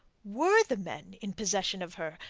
were the men in possession of her,